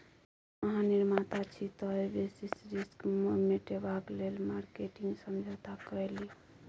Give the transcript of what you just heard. जौं अहाँ निर्माता छी तए बेसिस रिस्क मेटेबाक लेल मार्केटिंग समझौता कए लियौ